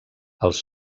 els